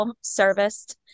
serviced